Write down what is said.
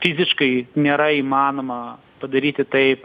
fiziškai nėra įmanoma padaryti taip